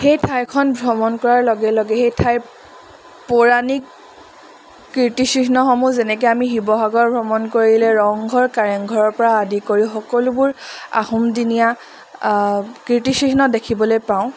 সেই ঠাইখন ভ্ৰমণ কৰাৰ লগে লগে সেই ঠাইৰ পৌৰাণিক কীৰ্তিচিহ্নসমূহ যেনেকৈ আমি শিৱসাগৰ ভ্ৰমণ কৰিলে ৰংঘৰ কাৰেংঘৰৰপৰা আদি কৰি সকলোবোৰ আহোমদিনীয়া কীৰ্তিচিহ্ন দেখিবলৈ পাওঁ